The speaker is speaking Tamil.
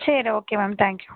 சரி ஓகே மேம் தேங்க் யூ